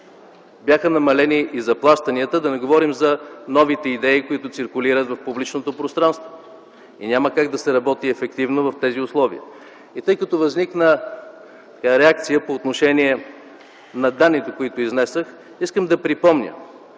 бяха намалени и заплащанията, да не говорим за новите идеи, които циркулират в публичното пространство. Няма как да се работи ефективно в тези условия. Тъй като възникна реакция по отношение на данните, които изнесох, искам да припомня,